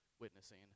witnessing